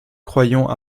croyant